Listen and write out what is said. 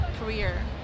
career